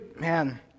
man